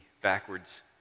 backwards